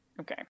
Okay